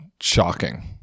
Shocking